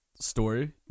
story